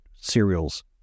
cereals